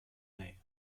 there